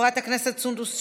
חברת הכנסת סונדוס סאלח,